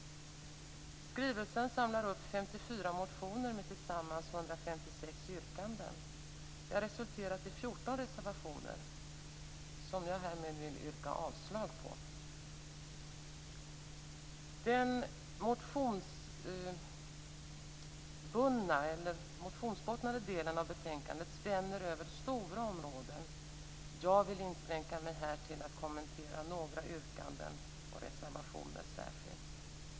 Skrivelsen samlar upp 54 motioner med tillsammans 156 yrkanden. Det har resulterat i 14 reservationer, som jag härmed yrkar avslag på. Den del av betänkandet som bygger på de motioner som har väckts spänner över stora områden. Jag inskränker mig till att kommentera några yrkanden och reservationer.